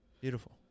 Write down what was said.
Beautiful